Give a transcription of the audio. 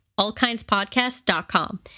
allkindspodcast.com